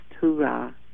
hoorah